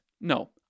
No